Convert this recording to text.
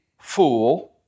fool